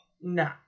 No